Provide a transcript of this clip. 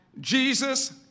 Jesus